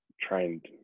trained